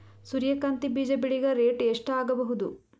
ಸೂರ್ಯ ಕಾಂತಿ ಬೀಜ ಬೆಳಿಗೆ ರೇಟ್ ಎಷ್ಟ ಆಗಬಹುದು?